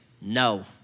no